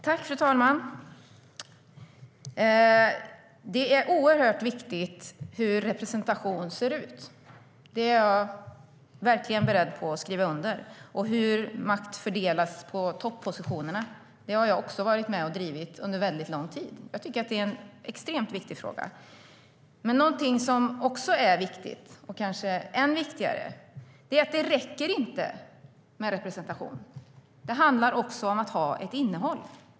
Fru talman! Det är väldigt viktigt hur representation ser ut. Det är jag beredd att skriva under på. Och det är viktigt hur makt fördelas på toppositionerna. Det har jag varit med och drivit under lång tid. Det är en extremt viktig fråga. Men något som också är viktigt och kanske ännu viktigare är att det inte räcker med representation. Det handlar även om innehåll.